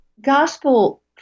gospel